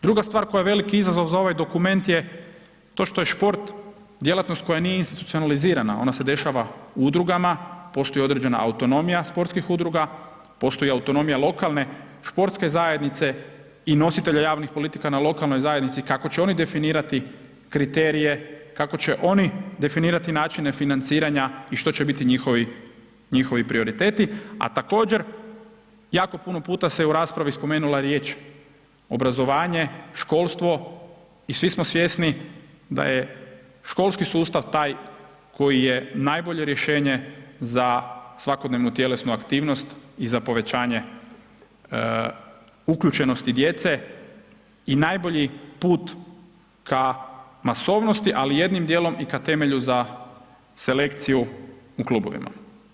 Druga stvar koji je velik izazov za ovaj dokument je to što je šport djelatnost koja nije institucionalizirana, ona se dešava udrugama, postoji određena autonomija sportskih udruga, postoji autonomija lokalne športske zajednice i nositelja javnih politika na lokalnoj zajednici kako će oni definirati kriterije, kako će oni definirati načine financiranja i što će biti njihovi prioriteti a također jako puno puta se u raspravi spomenula riječ „obrazovanje“, „školstvo“ i svi smo svjesni da je školski sustav taj koji je najbolje rješenje za svakodnevnu tjelesnu aktivnost i za povećanje uključenosti djece i najbolji put ka masovnosti ali jednim djelom i ka temelju za selekciju u klubovima.